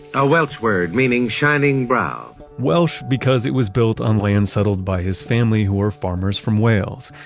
a welsh word, meaning shining brow welsh because it was built on land settled by his family who were farmers from wales,